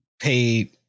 paid